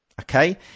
okay